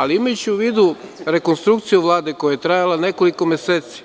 Ali, imajući u vidu rekonstrukcije Vlade koja je trajala nekoliko meseci,